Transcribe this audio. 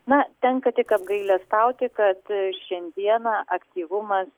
na tenka tik apgailestauti kad šiandieną aktyvumas